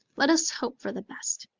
let us hope for the best.